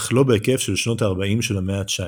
אך לא בהיקף של שנות הארבעים של המאה ה-19.